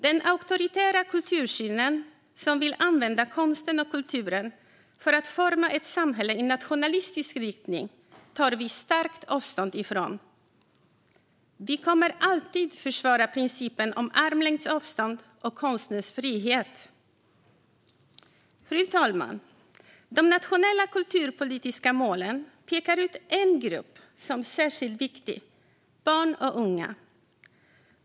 Den auktoritära kultursyn som vill använda konsten och kulturen för att forma ett samhälle i nationalistisk riktning tar vi starkt avstånd ifrån. Vi kommer alltid att försvara principen om armlängds avstånd och konstens frihet. Fru talman! De nationella kulturpolitiska målen pekar ut en grupp som särskilt viktig: barn och unga.